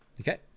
Okay